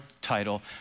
title